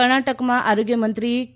કર્ણાટકમાં આરોગ્યમંત્રી કે